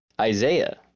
Isaiah